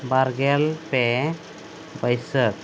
ᱵᱟᱨᱜᱮᱞ ᱯᱮ ᱵᱟᱹᱭᱥᱟᱹᱠᱷ